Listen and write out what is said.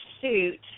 suit